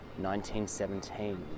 1917